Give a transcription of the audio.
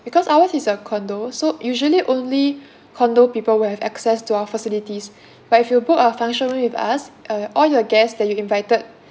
because ours is a condo so usually only condo people will have access to our facilities but if you book a function room with us uh all your guests that you invited